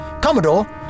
Commodore